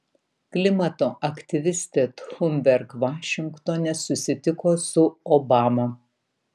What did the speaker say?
klimato aktyvistė thunberg vašingtone susitiko su obama